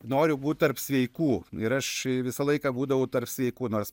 noriu būt tarp sveikų ir aš visą laiką būdavau tarp sveikų nors